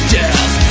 death